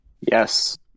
Yes